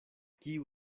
kiu